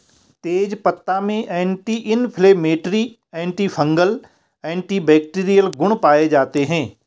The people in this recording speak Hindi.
तेजपत्ता में एंटी इंफ्लेमेटरी, एंटीफंगल, एंटीबैक्टिरीयल गुण पाये जाते है